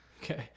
okay